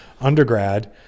undergrad